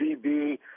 DB